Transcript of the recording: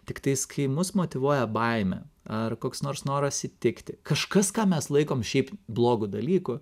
tiktais kai mus motyvuoja baimė ar koks nors noras įtikti kažkas ką mes laikom šiaip blogu dalyku